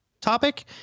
topic